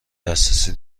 دسترسی